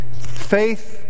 faith